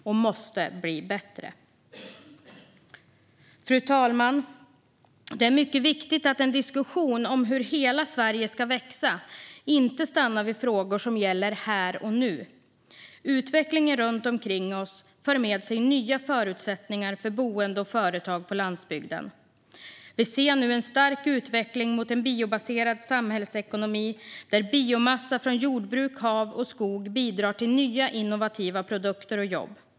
Det måste bli bättre. Fru talman! Det är mycket viktigt att en diskussion om hur hela Sverige ska växa inte stannar vid frågor som gäller här och nu. Utvecklingen omkring oss för med sig nya förutsättningar för boende och företag på landsbygden. Vi ser nu en stark utveckling mot en biobaserad samhällsekonomi där biomassa från jordbruk, hav och skog bidrar till nya innovativa produkter och jobb.